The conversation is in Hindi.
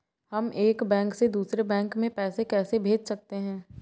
हम एक बैंक से दूसरे बैंक में पैसे कैसे भेज सकते हैं?